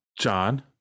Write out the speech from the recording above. john